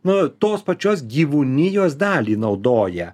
na tos pačios gyvūnijos dalį naudoja